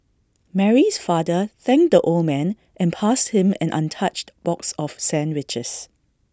Mary's father thanked the old man and passed him an untouched box of sandwiches